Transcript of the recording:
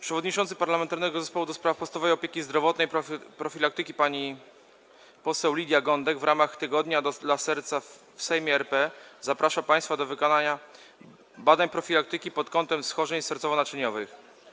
Przewodnicząca Parlamentarnego Zespołu ds. Podstawowej Opieki Zdrowotnej i Profilaktyki pani poseł Lidia Gądek w ramach „Tygodnia dla serca w Sejmie RP” zaprasza państwa do wykonania badań profilaktycznych pod kątem schorzeń sercowo-naczyniowych.